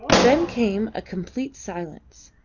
then came a complete silence.